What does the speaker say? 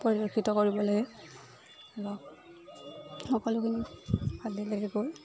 পৰিদৰ্শিত কৰিব লাগে ধৰক সকলোখিনি ভালই লাগে গৈ